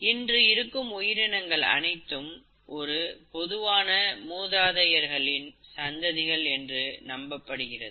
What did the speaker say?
இன்று இருக்கும் உயிரினங்கள் அனைத்தும் ஒரு பொதுவான மூதாதையர்களின் சந்ததிகள் என்று நம்பப்படுகிறது